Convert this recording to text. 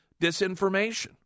disinformation